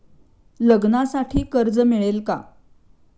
लग्नासाठी कर्ज मिळेल का?